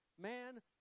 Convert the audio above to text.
Man